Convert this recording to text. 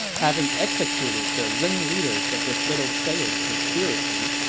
having executed the ringleaders of this little failed conspiracy,